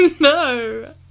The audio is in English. no